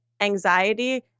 anxiety